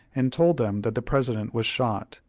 and told them that the president was shot,